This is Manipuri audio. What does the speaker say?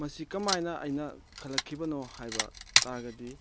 ꯃꯁꯤ ꯀꯃꯥꯏꯅ ꯑꯩꯅ ꯈꯜꯂꯛꯈꯤꯕꯅꯣ ꯍꯥꯏꯕ ꯇꯥꯔꯒꯗꯤ